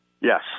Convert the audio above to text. Yes